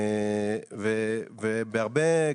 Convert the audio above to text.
ובהרבה,